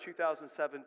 2017